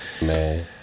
Man